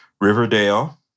riverdale